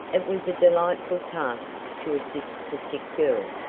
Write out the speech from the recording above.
it was a delightful task to assist the sick girl,